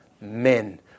Men